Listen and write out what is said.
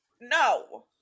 No